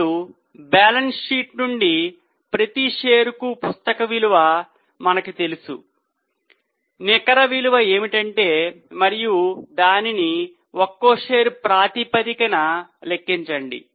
ఇప్పుడు balance sheet నుండి ప్రతి షేరుకు పుస్తక విలువ మనకు తెలుసు నికర విలువ ఏమిటి మరియు దానిని ఒక్కో షేర్ ప్రాతిపదికన లెక్కించండి